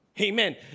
Amen